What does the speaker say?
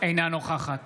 אינה נוכחת